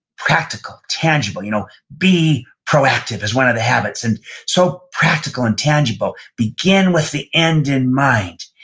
practical, tangible. you know be proactive is one of the habits, and so, practical and tangible, begin with the end in mind.